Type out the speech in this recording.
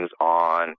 on